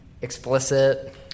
explicit